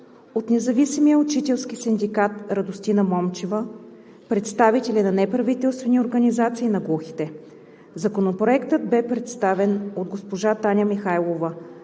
от Независимия учителски синдикат – Радостина Момчева; представители на неправителствени организации на глухите. Законопроектът бе представен от госпожа Таня Михайлова,